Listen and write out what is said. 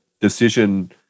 decision